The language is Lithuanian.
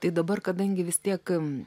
tai dabar kadangi vis tiek